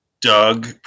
Doug